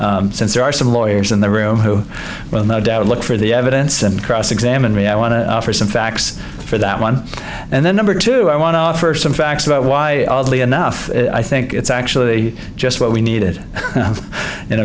since there are some lawyers in the room who will no doubt look for the evidence and cross examine me i want to offer some facts for that one and then number two i want to offer some facts about why all the enough i think it's actually just what we needed in